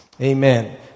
Amen